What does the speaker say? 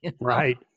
Right